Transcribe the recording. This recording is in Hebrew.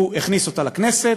הוא הכניס אותה לכנסת,